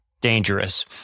dangerous